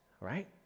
right